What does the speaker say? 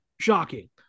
shocking